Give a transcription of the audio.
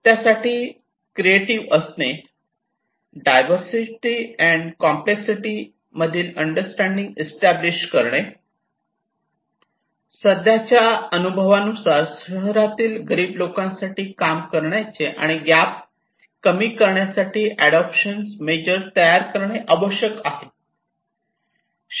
साठी त्या साठी क्रिएटिव्ह असणे डायव्हर्सिटी अँड कॉम्प्लेक्स सिटी यामधील अंडरस्टँडिंग इस्टॅब्लिश करणे सध्याच्या अनुभवानुसार शहरातील गरीब लोकांसाठी काम करण्याचे आणि गॅप कमी करण्यासाठी अडॉप्टेशन मेजर्स तयार करणे आवश्यक आहे